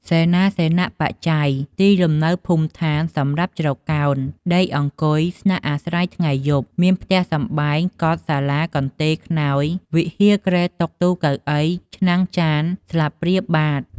សេនាសនបច្ច័យ ទីលំនៅភូមិស្ថានសម្រាប់ជ្រកកោន ដេកអង្គុយ ស្នាក់អាស្រ័យថ្ងៃយប់ មានផ្ទះសម្បែង កុដិ សាលា កន្ទេល ខ្នើយ វិហារ គ្រែ តុ ទូ កៅអី ឆ្នាំង ចាន ស្លាបព្រា បាត្រ។